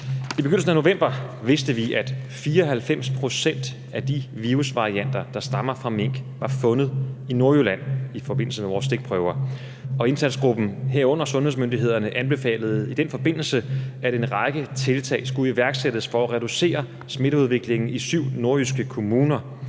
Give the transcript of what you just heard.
I begyndelsen af november vidste vi, at 94 pct. af de virusvarianter, der stammer fra mink, var fundet i Nordjylland i forbindelse med vores stikprøver, og indsatsgruppen, herunder sundhedsmyndighederne, anbefalede i den forbindelse, at en række tiltag skulle iværksættes for at reducere smitteudviklingen i syv nordjyske kommuner,